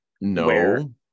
no